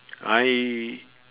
I